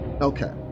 Okay